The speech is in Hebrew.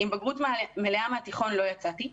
עם בגרות מלאה מהתיכון לא יצאתי,